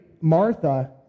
Martha